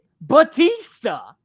Batista